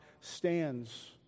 stands